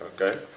Okay